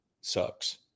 sucks